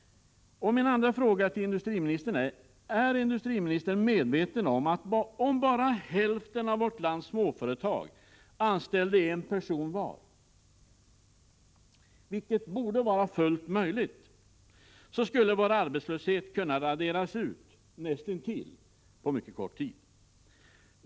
Är industriministern medveten om att om bara hälften av vårt lands småföretag anställde en person var, vilket borde vara fullt möjligt, skulle vår arbetslöshet kunna näst intill raderas ut på mycket kort tid?